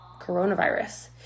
coronavirus